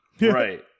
Right